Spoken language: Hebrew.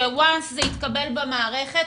שברגע שזה התקבל במערכת,